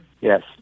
Yes